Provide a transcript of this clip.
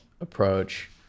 approach